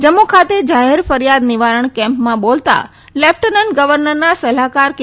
જમ્મુ ખાતે જાહેર ફરીયાદ નિવારણ કેમ્પમાં બોલતાં લેફટેનન્ટ ગવર્નરના સલાહકાર કે